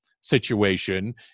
situation